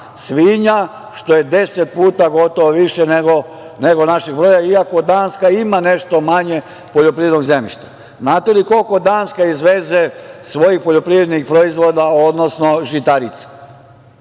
svinja, što je deset puta više od nas, iako Danska ima nešto manje poljoprivrednog zemljišta. Da li znate koliko Danska izveze svojih poljoprivrednih proizvoda, odnosno žitarica,